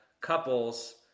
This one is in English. couples